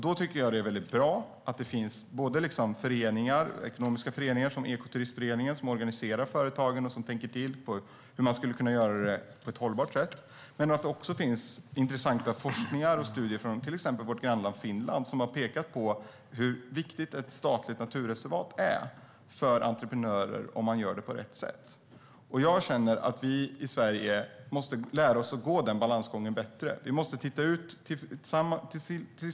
Då är det bra att det finns både ekonomiska föreningar som Ekoturismföreningen, som organiserar företagen och tänker till när det gäller hur man skulle kunna göra det på ett hållbart sätt, och intressant forskning och studier från bland annat vårt grannland Finland, som pekar på hur viktigt ett statligt naturreservat är för entreprenörer om man gör det på rätt sätt. Vi i Sverige måste lära oss att bli bättre på att gå denna balansgång.